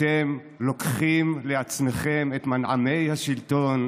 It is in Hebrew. אתם לוקחים לעצמכם את מנעמי השלטון,